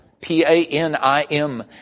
P-A-N-I-M